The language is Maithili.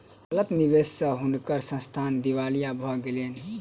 गलत निवेश स हुनकर संस्थान दिवालिया भ गेलैन